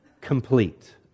complete